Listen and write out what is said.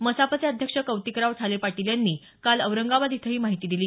मसापचे अध्यक्ष कौतिकराव ठाले पाटील यांनी काल औरंगाबाद इथं ही माहिती दिली